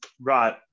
right